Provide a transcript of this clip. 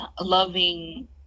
loving